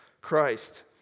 Christ